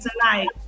tonight